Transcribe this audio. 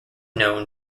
known